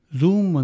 zoom